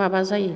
माबा जायो